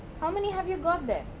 how many have you got there?